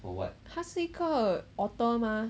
他是一个 author mah